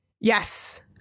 Yes